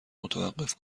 متوقف